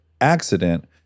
accident